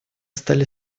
стали